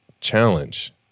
challenge